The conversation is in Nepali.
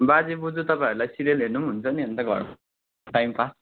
बाजे बोजु तपाँईहरूलाई सिरियल हेर्नु पनि हुन्छ नि अन्त घरमा टाइम पास